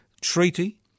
treaty